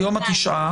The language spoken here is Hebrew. היום השמונה,